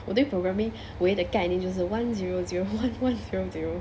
我对 programming 唯一的概念就是 one zero zero one one zero zero